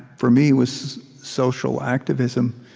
for me, was social activism.